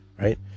right